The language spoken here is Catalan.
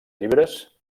llibres